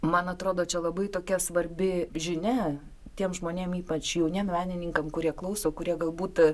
man atrodo čia labai tokia svarbi žinia tiem žmonėm ypač jauniem menininkam kurie klauso kurie galbūt